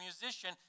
musician